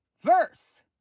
verse